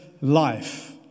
life